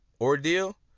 ordeal